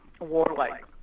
warlike